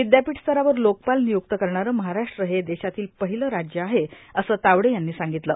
विद्यापीठ स्तरावर लोकपाल नियुक्त करणारे महाराष्ट्र हे देशातील पहिलेच राज्य आहे असं तावडे यांनी सांगितलं